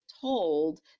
told